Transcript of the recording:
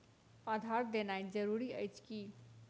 आधार देनाय जरूरी अछि की?